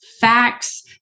facts